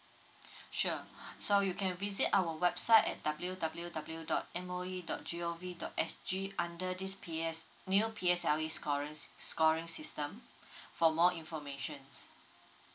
sure so you can visit our website at W_W_W dot M O E dot G_O_V dot S_G under this P_S new P_S value scoring system for more information